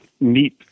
meet